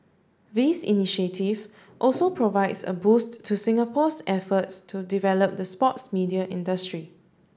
this initiative also provides a boost to Singapore's efforts to develop the sports media industry